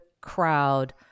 crowd